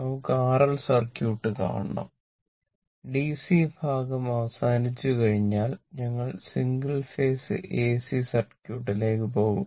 നമുക്ക് RL circuit കാണണം DC ഭാഗം അവസാനിച്ചുകഴിഞ്ഞാൽ ഞങ്ങൾ സിംഗിൾ ഫേസ് AC സർക്യൂട്ടിലേക്ക് പോകും